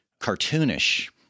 cartoonish